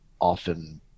often